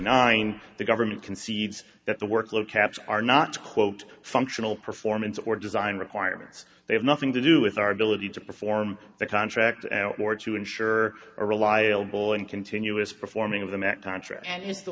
nine the government concedes that the work load caps are not quote functional performance or design requirements they have nothing to do with our ability to perform the contract out more to ensure a reliable and continuous performing of the met counter and is the